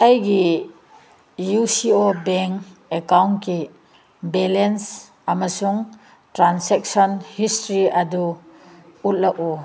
ꯑꯩꯒꯤ U C O bank ꯑꯦꯛꯀꯥꯎꯟꯠꯀꯤ balance ꯑꯃꯁꯨꯡ ꯇ꯭ꯔꯥꯟꯖꯦꯛꯁꯟ ꯍꯤꯁꯇ꯭ꯔꯤ ꯑꯗꯨ ꯎꯠꯂꯛ ꯎ